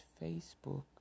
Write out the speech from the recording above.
Facebook